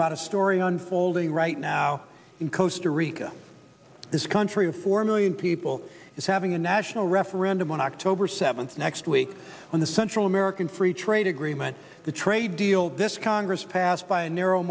about a story unfolding right now in coastal rica this country of four million people is having a national referendum on october seventh next week on the central american free trade agreement the trade deal this congress passed by a narrow